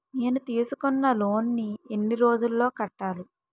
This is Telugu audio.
నేను తీసుకున్న లోన్ నీ ఎన్ని రోజుల్లో కట్టాలి?